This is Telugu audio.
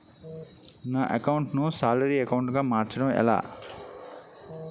నా అకౌంట్ ను సాలరీ అకౌంట్ గా మార్చటం ఎలా?